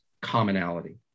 commonality